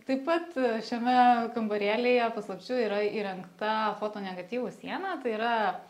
taip pat šiame kambarėlyje paslapčių yra įrengta fotonegatyvų siena tai yra